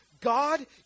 God